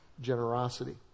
generosity